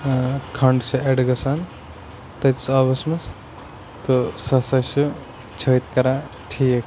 کھنٛڈ چھِ ایڈ گَژھان تٔتِس آبَس منٛز تہٕ سُہ ہَسا چھِ چھٲتۍ کَران ٹھیٖک